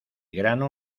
grano